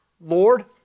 Lord